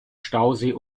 stausee